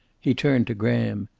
he turned to graham.